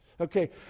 Okay